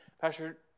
Pastor